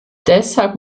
deshalb